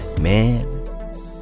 Man